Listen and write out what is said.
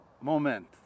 Moment